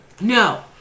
No